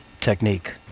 technique